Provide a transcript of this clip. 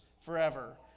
forever